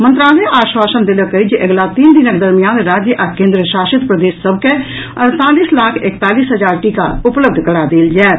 मंत्रालय आश्वासन देलक अछि जे अगिला तीन दिनक दरमियान राज्य आ केंद्रशासित प्रदेश सभ के अड़तालीस लाख एकतालीस हजार टीका उपलब्ध करा देल जायत